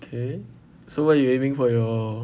okay so what you aiming for your